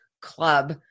club